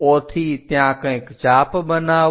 O થી ત્યાં કંઈક ચાપ બનાવો